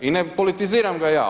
I ne politiziram ga ja.